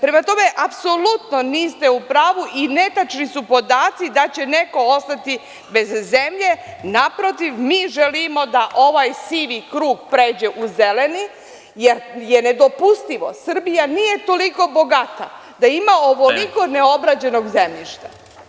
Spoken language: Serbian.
Prema tome, apsolutno niste u pravu i netačni su podaci da će neko ostati bez zemlje, naprotiv, mi želimo da ovaj sivi krug pređe u zeleni, jer je nedopustivo, Srbija nije toliko bogata da ima ovoliko neobrađenog zemljišta.